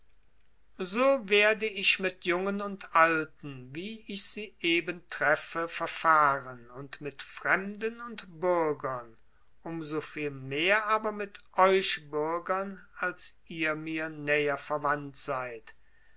so werde ich mit jungen und alten wie ich sie eben treffe verfahren und mit fremden und bürgern um so viel mehr aber mit euch bürgern als ihr mir näher verwandt seid